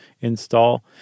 install